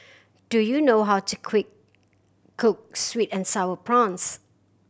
do you know how to quick cook sweet and Sour Prawns